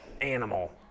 animal